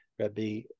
Rabbi